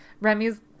Remy's